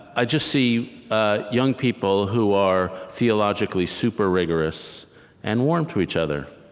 i just see ah young people who are theologically super rigorous and warm to each other.